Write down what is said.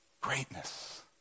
Greatness